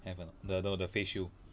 have or not the no the face shield